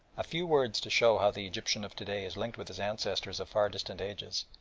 a few words to show how the egyptian of to-day is linked with his ancestors of far distant ages,